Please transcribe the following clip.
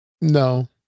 No